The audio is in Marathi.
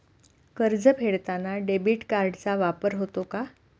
कर्ज फेडताना डेबिट कार्डचा वापर होतो का?